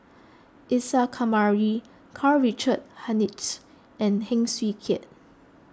Isa Kamari Karl Richard Hanitsch and Heng Swee Keat